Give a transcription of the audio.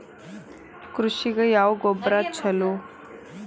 ಕೃಷಿಗ ಯಾವ ಗೊಬ್ರಾ ಛಲೋ?